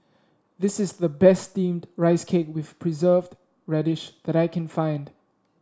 this is the best steamed Rice Cake with Preserved Radish that I can find